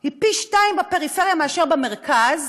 היא פי-שניים בפריפריה מאשר במרכז?